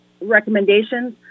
recommendations